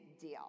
deal